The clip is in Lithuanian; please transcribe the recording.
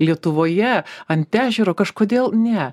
lietuvoje ant ežero kažkodėl ne